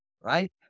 Right